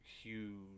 huge